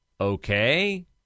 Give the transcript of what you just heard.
Okay